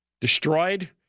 destroyed